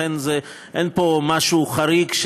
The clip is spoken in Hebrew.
לכן אין פה משהו חריג,